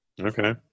okay